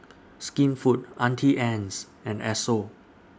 Skinfood Auntie Anne's and Esso